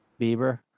Bieber